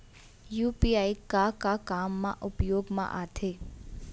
UPI का का काम मा उपयोग मा आथे?